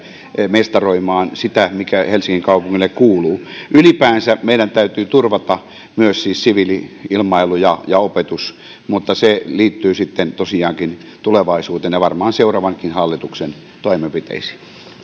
mestaroimaan sitä mikä helsingin kaupungille kuuluu ylipäänsä meidän täytyy turvata myös siis siviili ilmailu ja ja opetus mutta se liittyy sitten tosiaankin tulevaisuuteen ja varmaan seuraavankin hallituksen toimenpiteisiin